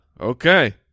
Okay